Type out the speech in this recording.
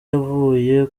yavuye